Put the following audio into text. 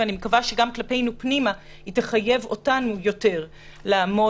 ואני מקווה שגם כלפינו פנימה היא תחייב אותנו יותר לעמוד,